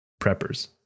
preppers